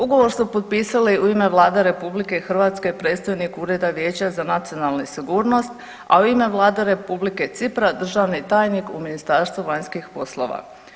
Ugovor su potpisali u ime Vlade RH predstojnik Ureda Vijeća za nacionalnu sigurnost, a u ime Vlade Republike Cipra državni tajnik u Ministarstvu vanjskih poslova.